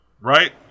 Right